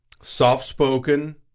soft-spoken